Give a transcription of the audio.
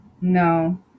no